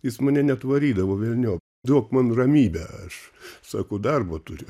jis mane net varydavo velnio duok man ramybę aš sako darbo turiu